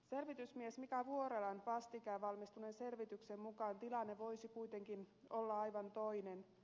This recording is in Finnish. selvitysmies mika vuorelan vastikään valmistuneen selvityksen mukaan tilanne voisi kuitenkin olla aivan toinen